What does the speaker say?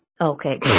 Okay